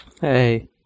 Hey